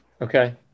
Okay